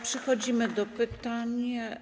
Przechodzimy do pytań.